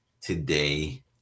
today